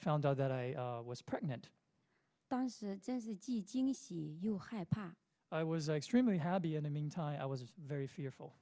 found out that i was pregnant you had passed i was extremely hubby in the meantime i was very fearful